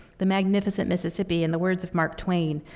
the magnificent mississippi, in the words of mark twain,